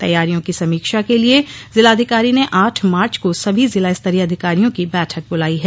तैयारियों की समीक्षा के लिए जिलाधिकारी ने आठ मार्च को सभी जिला स्तरीय अधिकारियों की बैठक बुलाई है